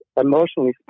emotionally